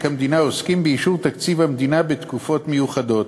המדינה עוסקים באישור תקציב המדינה בתקופות מיוחדות.